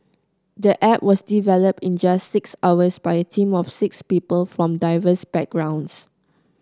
the app was developed in just six hours by a team of six people from diverse backgrounds